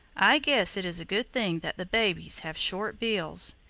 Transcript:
i guess it is a good thing that the babies have short bills.